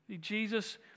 Jesus